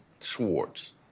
Schwartz